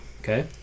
Okay